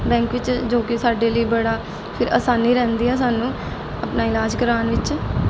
bank ਵਿੱਚ ਜੋ ਕਿ ਸਾਡੇ ਲਈ ਬੜਾ ਫਿਰ ਆਸਾਨੀ ਰਹਿੰਦੀ ਆ ਸਾਨੂੰ ਆਪਣਾ ਇਲਾਜ ਕਰਾਉਣ ਵਿੱਚ